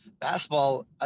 basketball